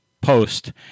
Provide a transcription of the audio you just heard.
post